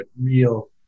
real